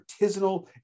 artisanal